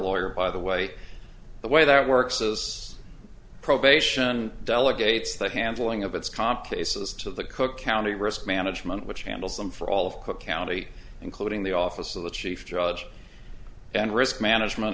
lawyer by the way the way that works is probation delegates the handling of its comp cases to the cook county risk management which handles them for all of cook county including the office of the chief judge and risk management